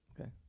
Okay